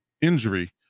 injury